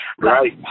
Right